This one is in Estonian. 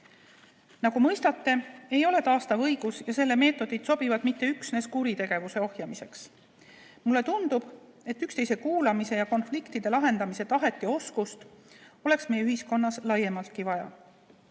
Nagu mõistate, ei ole taastav õigus ja selle meetodid sobivad mitte üksnes kuritegevuse ohjamiseks. Mulle tundub, et üksteise kuulamise ja konfliktide lahendamise tahet ja oskust oleks meie ühiskonnas laiemaltki vaja.